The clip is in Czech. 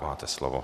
Máte slovo.